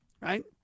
Right